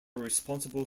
responsible